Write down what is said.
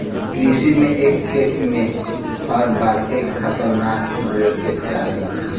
कृषि में एक खेत में हर बार एक फसल ना बोये के चाहेला